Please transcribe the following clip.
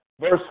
verse